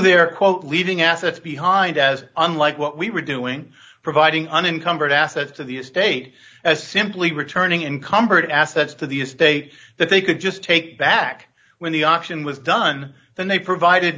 their quote leaving assets behind as unlike what we were doing providing an incumbent assets to the estate as simply returning encumbered assets to the estate that they could just take back when the auction was done then they provided